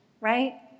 right